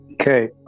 Okay